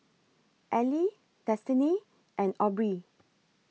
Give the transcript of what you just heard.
Eli Destini and Aubree